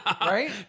Right